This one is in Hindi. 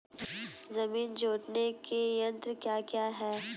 जमीन जोतने के यंत्र क्या क्या हैं?